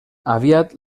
aviat